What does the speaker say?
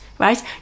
right